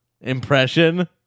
impression